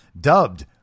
dubbed